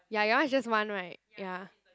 ya your one is just one [right] ya